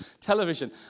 television